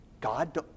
God